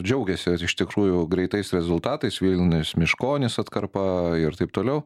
džiaugiasi iš tikrųjų greitais rezultatais vilnius meškonys atkarpa ir taip toliau